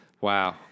Wow